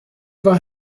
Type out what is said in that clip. war